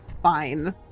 Fine